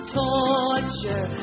torture